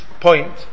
point